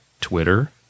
Twitter